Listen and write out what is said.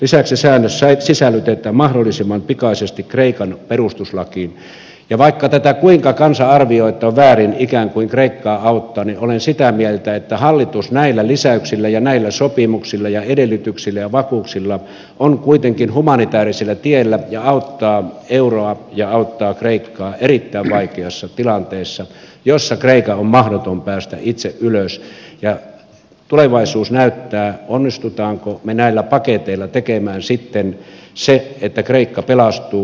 lisäksi säännös sisällytetään mahdollisimman pikaisesti kreikan perustuslakiin ja vaikka tätä kuinka kansa arvioi että on väärin ikään kuin kreikkaa auttaa niin olen sitä mieltä että hallitus näillä lisäyksillä ja näillä sopimuksilla ja edellytyksillä ja vakuuksilla on kuitenkin humanitaarisella tiellä ja auttaa euroa ja auttaa kreikkaa erittäin vaikeassa tilanteessa jossa kreikan on mahdoton päästä itse ylös ja tulevaisuus näyttää onnistummeko me näillä paketeilla tekemään sitten sen että kreikka pelastuu